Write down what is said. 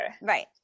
Right